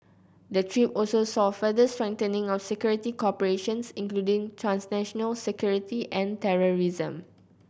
the trip also saw further strengthening of security cooperations including transnational security and terrorism